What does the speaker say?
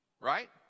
right